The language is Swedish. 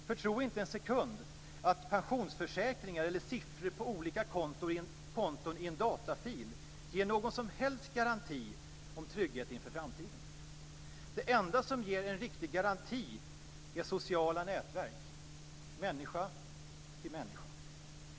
För tro inte en sekund att pensionsförsäkringar eller siffror på olika konton i en datafil ger någon som helst garanti om trygghet inför framtiden. Det enda som ger en riktig garanti är sociala nätverk, människa till människa.